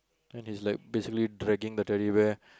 and it's like basically dragging the Teddy Bear